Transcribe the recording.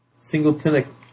Singleton